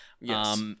Yes